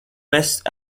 best